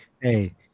Hey